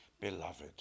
Beloved